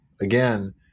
again